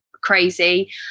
crazy